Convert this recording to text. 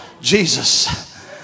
Jesus